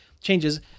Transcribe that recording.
changes